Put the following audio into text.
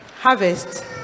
Harvest